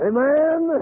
Amen